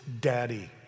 Daddy